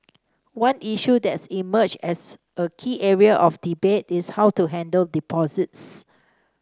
one issue that's emerged as a key area of debate is how to handle deposits